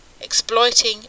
exploiting